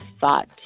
thought